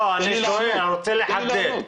אני רוצה לחדד.